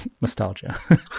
nostalgia